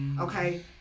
Okay